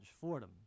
Fordham